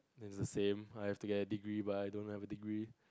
it's the same I have to get a degree but I don't have a degree